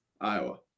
Iowa